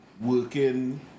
working